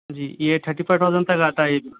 جی یہ thirty five thousand تک آتا ہے یہ بھی